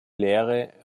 lehre